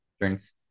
drinks